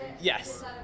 Yes